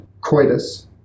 coitus